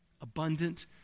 Abundant